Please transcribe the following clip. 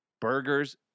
burgers